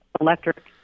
electric